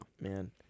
Man